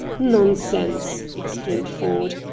nonsense! exclaimed ford.